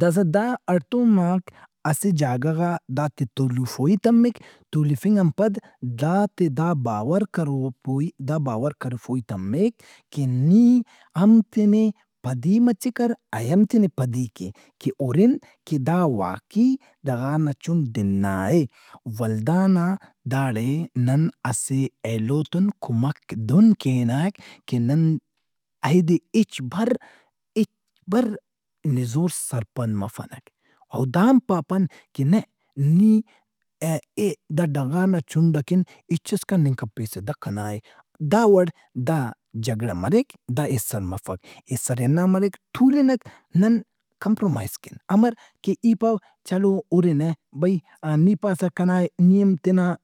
داسا دا ہڑتوماک اسہ جاگہ غا داتے تُولفوئی تمک۔ تولفنگ آن پد داتے دا باورکرو-فوئی- داکرفوئی تمک کہ نی ہم تینے پدی مچہ کر، اے ہم تینے پدی کے۔ کہ ہُرن کہ دا واقعی ڈغارنا چُھنڈ دنْااے۔ ولدا نا داڑے نن اسہ ایلو تُن کمک دہن کینہ کہ نن ایدے ہچ برہِچ برنزور سرپند مفنک او داہم پاپن کہ نہ نی ا- ئے- دا ڈغار نا چُھنڈ ئکن ہچس کننگ کپیسہ دا کنا اے۔ داوڑ داجھگڑہ مریک دا ایسر مفک۔ ایسری ہنّا مریک تُولنک نن کمپرومائز کین۔ امر؟ کہ ای پاوہ چلو ہُرنہ بھئی ا- نی پاسہ کنا اے نی ہم تینا۔